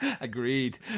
Agreed